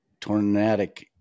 tornadic